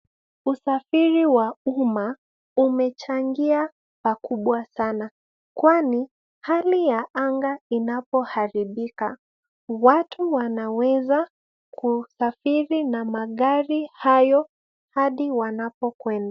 Usafiri wa umma umechangia pakubwa sana kwani hali ya anga inapoharibika, watu wanaweza kusafiri na magari hayo hadi wanapokwenda.